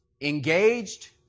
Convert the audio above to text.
Engaged